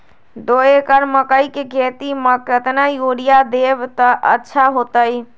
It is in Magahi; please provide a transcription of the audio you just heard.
दो एकड़ मकई के खेती म केतना यूरिया देब त अच्छा होतई?